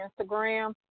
Instagram